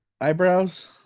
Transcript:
eyebrows